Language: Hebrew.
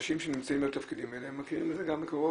שאנשים שנמצאים בתפקידים האלה מכירים את זה גם מקרוב,